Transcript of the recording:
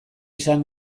izan